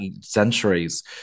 centuries